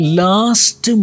last